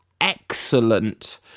excellent